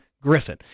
Griffin